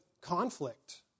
conflict